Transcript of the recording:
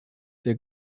der